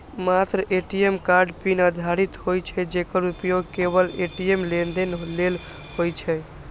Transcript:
मात्र ATM card PIN आधारित होइ छै, जेकर उपयोग केवल ए.टी.एम लेनदेन लेल होइ छै